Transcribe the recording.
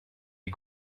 les